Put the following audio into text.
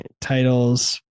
titles